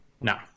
No